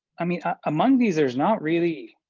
i mean, among these, there's not really,